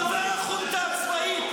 "דובר החונטה הצבאית".